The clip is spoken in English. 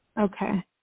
Okay